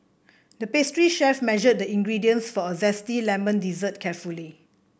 the pastry chef measured the ingredients for a zesty lemon dessert carefully